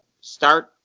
start